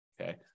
Okay